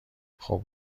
خوب